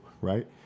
right